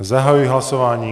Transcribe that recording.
Zahajuji hlasování.